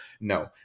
No